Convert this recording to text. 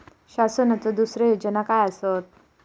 शासनाचो दुसरे योजना काय आसतत?